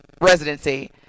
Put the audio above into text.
residency